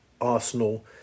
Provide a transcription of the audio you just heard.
Arsenal